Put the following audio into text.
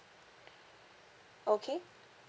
okay